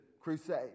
crusade